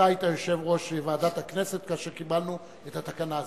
אתה היית יושב-ראש ועדת הכנסת כאשר קיבלנו את התקנה הזאת.